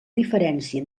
diferència